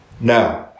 Now